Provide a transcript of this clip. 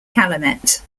calumet